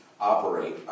operate